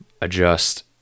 adjust